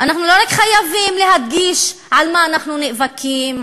אנחנו לא רק חייבים להדגיש על מה אנחנו נאבקים,